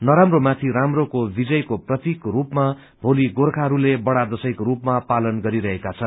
नराम्रो माथि रामो विजयको प्रतिको रूपमा भोली गोचर्खाहरूले बड़ा दशैंको रूपमा पालन गरिरहेका छन्